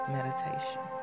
Meditation